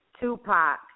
Tupac